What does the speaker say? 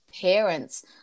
parents